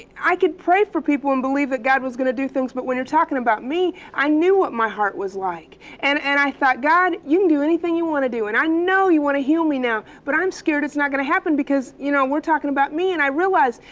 i could pray for people and believe that god was going to do things, but when you're talking about me, i knew what my heart was like. and and i thought, god, you can do anything you want to do, and i know you want to heal me now, but i'm scared it's not going to happen because, you know, we're talking about me. and i realized,